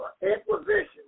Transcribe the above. Inquisition